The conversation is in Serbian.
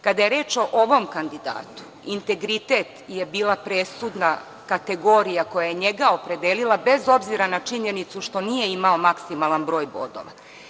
Kada je reč o ovom kandidatu, integritet je bila presudna kategorija koja je njega opredelila, bez obzira na činjenicu što nije imao maksimalan broj bodova.